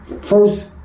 first